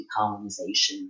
decolonization